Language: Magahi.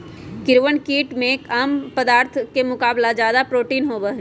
कीड़वन कीट में आम खाद्य पदार्थ के मुकाबला ज्यादा प्रोटीन होबा हई